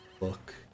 look